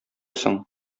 соң